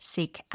Seek